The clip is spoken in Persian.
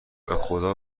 بخدا